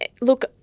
look